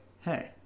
hey